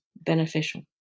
beneficial